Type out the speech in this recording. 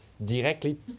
directly